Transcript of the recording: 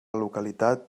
localitat